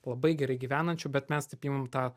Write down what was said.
labai gerai gyvenančių bet mes taip imam tą